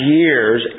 years